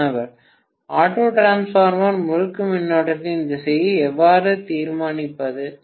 மாணவர் ஆட்டோட்ரான்ஸ்ஃபார்மர் முறுக்கு மின்னோட்டத்தின் திசையை எவ்வாறு தீர்மானிப்பது